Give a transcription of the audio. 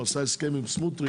הוא עשה הסכם עם סמוטריץ'